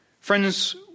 Friends